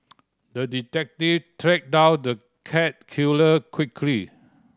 the detective tracked down the cat killer quickly